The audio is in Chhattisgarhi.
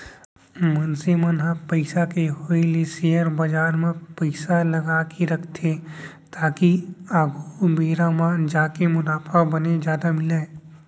मनसे मन ह पइसा के होय ले सेयर बजार म पइसा लगाके रखथे ताकि आघु बेरा म जाके मुनाफा बने जादा मिलय